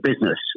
business